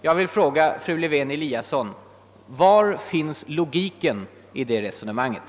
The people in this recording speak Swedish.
Jag vill fråga fru Lewén-Eliasson: Var finns logiken i det resonemanget?